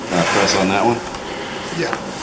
press on that one yeah